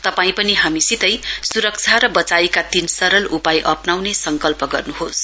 तपाई पनि हामीसितै सुरक्षा र वचाइका तीन सरल उपाय अप्नाउने संकल्प गर्नुहोस